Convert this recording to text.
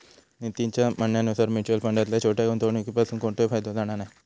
नितीनच्या म्हणण्यानुसार मुच्युअल फंडातल्या छोट्या गुंवणुकीपासून कोणतोय फायदो जाणा नाय